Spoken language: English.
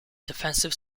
defensive